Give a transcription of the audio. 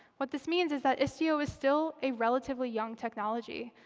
what this means is that istio is still a relatively young technology.